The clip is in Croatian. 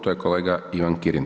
To je kolega Ivan Kirin.